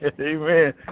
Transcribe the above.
amen